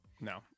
no